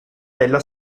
della